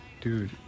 dude